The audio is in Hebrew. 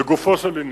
לא הבנתי כלום.